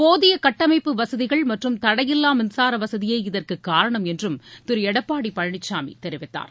போதிய கட்டமைப்பு வசதிகள் மற்றும் தடையில்லா மின்சார வசதியே இதற்கு காரணம் என்றும் திரு எடப்பாடி பழனிசாமி தெரிவித்தார்